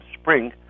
Spring